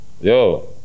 Yo